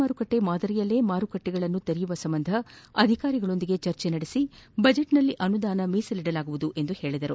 ಮಾರುಕಟ್ಟೆ ಮಾದರಿಯಲ್ಲೇ ಮಾರುಕಟ್ಟೆ ತೆರೆಯುವ ಸಂಬಂಧ ಅಧಿಕಾರಿಗಳೊಂದಿಗೆ ಚರ್ಚಿಸಿ ಬಜೆಟ್ನಲ್ಲಿ ಅನುದಾನ ಮೀಸಲಿಡಲಾಗುವುದು ಎಂದರು